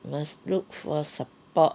must look for support